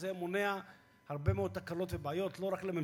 לפני כינוס ועדות למינוי שופטים היינו